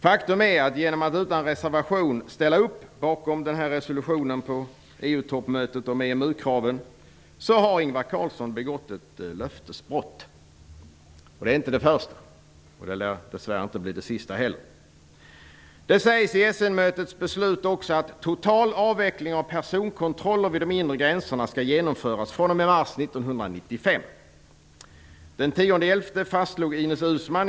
Faktum är att Ingvar Carlsson genom att utan reservation ställa upp bakom resolutionen om EMU kraven vid EU-toppmötet har begått ett löftesbrott. Detta är inte det första, och det lär dess värre inte bli det sista heller. Det sägs i Essenmötets beslut också att total avveckling av personkontroller vid de inre gränserna skall genomföras fr.o.m. mars 1995.